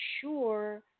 sure